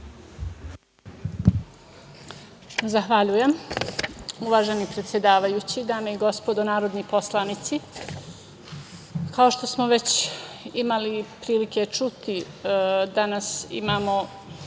Zahvaljujem, uvaženi predsedavajući. Dame i gospodo narodni poslanici, kao što smo već imali prilike čuti, danas imamo